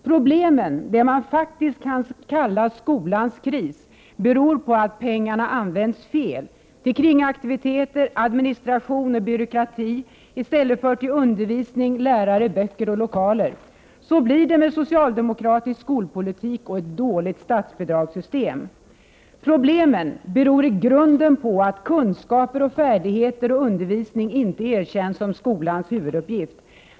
Problemen, det man faktiskt kan kalla skolans kris, beror på att pengarna används fel — till kringaktiviteter, administration och byråkrati i stället för till undervisning, lärare, böcker och lokaler. Så blir det med socialdemokratisk skolpolitik och ett dåligt statsbidragssystem. Problemen beror i grunden på att kunskaper, färdigheter och undervisning inte erkänns som skolans huvuduppgift.